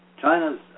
China's